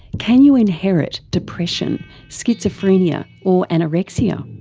can you inherit depression, schizophrenia or anorexia?